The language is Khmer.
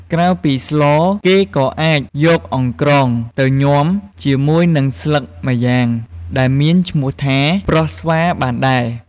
ក្រៅពីស្ល គេក៏អាចយកអង្រ្កងទៅញាំជាមួយនឹងស្លឹកម្យ៉ាងដែលមានឈ្មោះថា ប្រោះស្វារ បានដែរ។